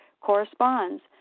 corresponds